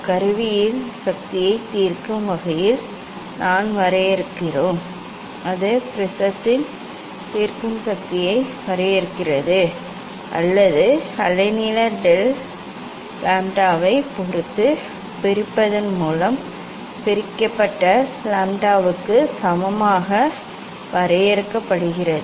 கருவியின் சக்தியைத் தீர்க்கும் வகையில் நாங்கள் வரையறுக்கிறோம் அது ப்ரிஸத்தின் தீர்க்கும் சக்தியை வரையறுக்கிறது அல்லது அலைநீள டெல் லாம்ப்டாவைப் பொறுத்து பிரிப்பதன் மூலம் பிரிக்கப்பட்ட லாம்ப்டாவுக்கு சமமாக வரையறுக்கப்படுகிறது